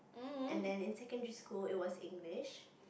and then in secondary school it was English